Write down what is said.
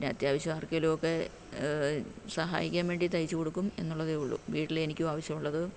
പിന്നെ അത്യാവശ്യം ആർക്കേലും ഒക്കെ സഹായിക്കാൻ വേണ്ടി തയ്ച്ച് കൊടുക്കും എന്നുള്ളതെ ഉള്ളു വീട്ടിൽ എനിക്കും ആവശ്യമുള്ളത്